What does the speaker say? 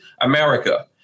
America